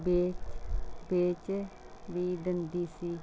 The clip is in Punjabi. ਵੇਚ ਵੇਚ ਵੀ ਦਿੰਦੀ ਸੀ